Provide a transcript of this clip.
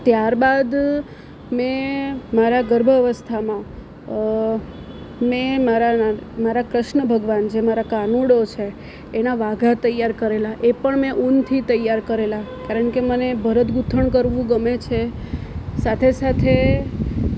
ત્યારબાદ મેં મારા ગર્ભવસ્થામાં મેં મારા મારા કૃષ્ણ ભગવાન જે મારા કાનુડો છે એ એના વાગા તૈયાર કરેલા એ પણ મેં ઉનથી તૈયાર કરેલા કારણ કે મને ભરતગુંથણ કરવું ગમે છે સાથે સાથે